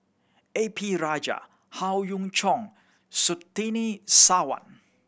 A P Rajah Howe Yoon Chong and Surtini Sarwan